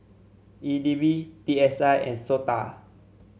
E D B P S I and SOTA